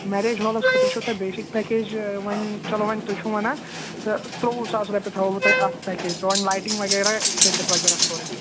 marriage ہالَس خٲطرٕ چھو تۄہہِ بیسِک پٮ۪کیج وۄنۍ چلو وۄنۍ تُہۍ چھُو وَنان تہٕ ترٛوٚوُہ ساس رۄپیہِ تھاوَو بہٕ تۄہہِ اَتھ پٮ۪کیج تہٕ وۄنۍ لایٹِنٛگ وغیرہ ژٔٹِتھ وغیرہ سورٕے